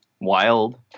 wild